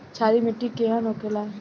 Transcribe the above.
क्षारीय मिट्टी केहन होखेला?